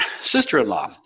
sister-in-law